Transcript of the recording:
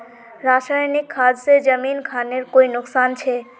रासायनिक खाद से जमीन खानेर कोई नुकसान छे?